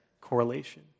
correlation